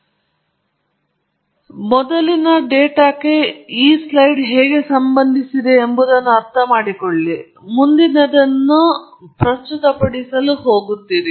ಪ್ರತಿಯೊಂದು ಡೇಟಾದ ತುಣುಕಿನೊಂದಿಗೆ ನೀವು ಸಮಯವನ್ನು ಹೊಂದಿರಬೇಕು ನೀವು ಡೇಟಾವನ್ನು ಹೀರಿಕೊಳ್ಳುವ ಸಮಯವನ್ನು ಹೊಂದಿರಬೇಕು ಡೇಟಾವು ಮೊದಲು ಸಂಭವಿಸಿದ ಏನನ್ನಾದರೂ ಹೇಗೆ ಸಂಬಂಧಿಸಿದೆ ಎಂಬುದನ್ನು ಅರ್ಥಮಾಡಿಕೊಳ್ಳಿ ಮತ್ತು ನೀವು ಮುಂದಿನದನ್ನು ಪ್ರಸ್ತುತಪಡಿಸಲು ಹೋಗುತ್ತಿರುವಿರಿ